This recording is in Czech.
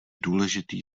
důležitý